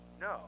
no